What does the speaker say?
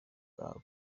bwa